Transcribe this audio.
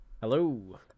Hello